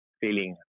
feeling